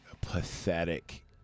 pathetic